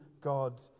God